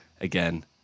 again